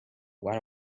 what